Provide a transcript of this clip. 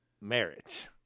marriage